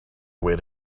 await